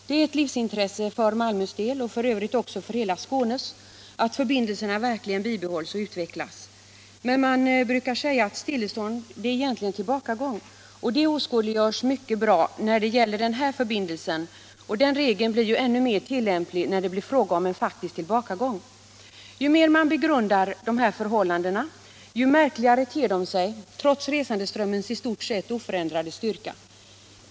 Det är ett livsintresse för Malmös del och för övrigt också för hela Skånes att förbindelserna verkligen bibehålls och utvecklas, men man brukar säga att stillastående egentligen är tillbakagång. Detta åskådliggörs mycket bra när det gäller den här förbindelsen, och regeln är ju ännu mer tillämplig när det blir fråga om en faktisk tillbakagång. Ju mer man begrundar de här förhållandena desto märkligare ter de sig trots resandeströmmens i stort sett oförändrade styrka.